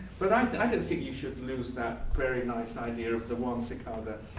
but i don't think you should lose that very nice idea of the one cicada